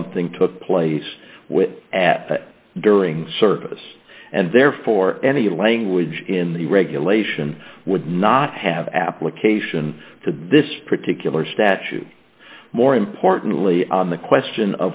something took place at during service and therefore any language in the regulation would not have application to this particular statute more importantly on the question